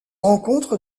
rencontre